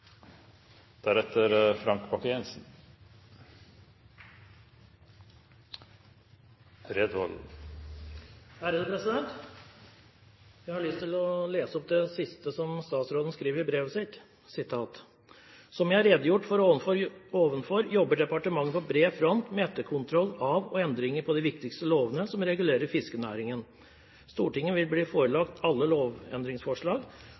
Jeg har lyst til å lese opp det siste som statsråden skriver i brevet sitt: «Som jeg har redegjort for ovenfor jobber departementet på bred front med etterkontroll av og endringer i de viktigste lovene som regulerer fiskerinæringen. Stortinget vil bli